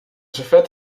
servet